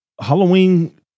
Halloween